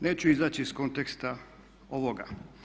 Neću izaći iz konteksta ovoga.